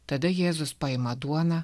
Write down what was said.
tada jėzus paima duoną